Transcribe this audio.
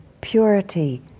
purity